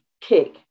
kick